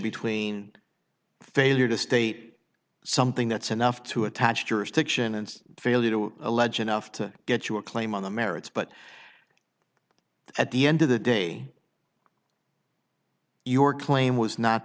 between failure to state something that's enough to attach jurisdiction and failure to allege enough to get you a claim on the merits but at the end of the day your claim was not